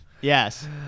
Yes